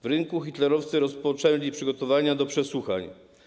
Na rynku hitlerowcy rozpoczęli przygotowania do przesłuchań.